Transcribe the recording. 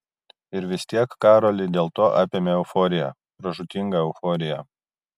ir vis tiek karolį dėl to apėmė euforija pražūtinga euforija